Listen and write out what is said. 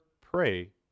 pray